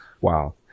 Wow